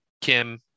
kim